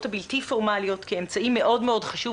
הבלתי פורמליות כאמצעי מאוד מאוד חשוב,